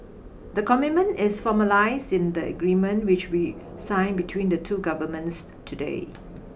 the commitment is formalised in the agreement which we signed between the two governments today